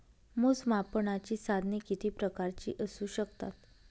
मोजमापनाची साधने किती प्रकारची असू शकतात?